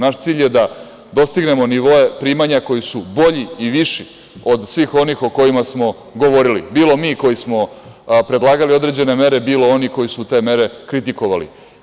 Naš cilj je da dostignemo nivoe primanja koji su bolji i viši od svih onih o kojima smo govorili, bilo mi koji smo predlagali određene mere, bilo oni koji su te mere kritikovali.